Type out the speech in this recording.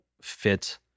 fit